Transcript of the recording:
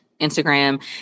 Instagram